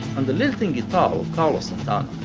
and the lilting guitar of carlos and